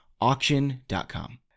auction.com